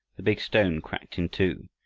the big stone cracked in two,